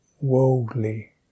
worldly